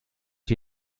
die